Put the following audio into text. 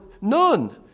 none